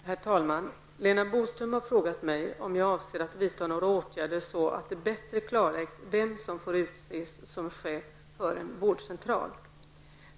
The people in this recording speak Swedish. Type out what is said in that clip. Herr talman! Lena Boström har frågat mig om jag avser att vidta några åtgärder så att det bättre klarläggs vem som får utses som chef för en vårdcentral. .